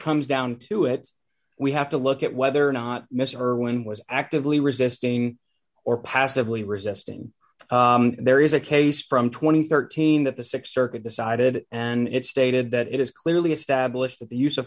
comes down to it we have to look at whether or not mr irwin was actively resisting or passively resisting there is a case from two thousand and thirteen that the th circuit decided and it stated that it is clearly established that the use of